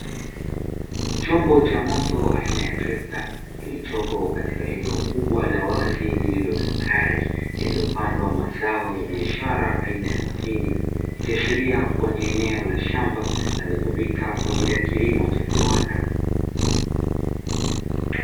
Chombo cha moto aina ya trekta, kilichopo katika eneo kubwa la wazi lililo tambarare; lililopandwa mazao ya biashara aina ya mahindi, ikiashiria kuwa ni eneo la shamba linalotumika kwa ajili ya kilimo cha viwanda.